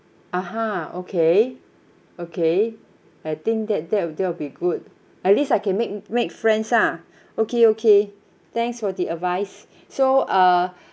(uh huh) okay okay I think that that that'll be good at least I can make make friends lah okay okay thanks for the advice so uh